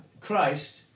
Christ